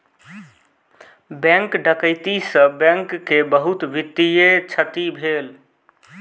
bank डकैती से bank के बहुत वित्तीय क्षति भेल